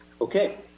Okay